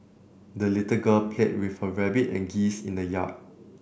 the little girl played with her rabbit and geese in the yard